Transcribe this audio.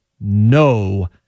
no